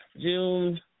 June